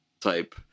type